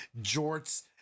jorts